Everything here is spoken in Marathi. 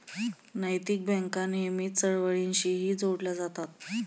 नैतिक बँका नेहमीच चळवळींशीही जोडल्या जातात